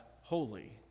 holy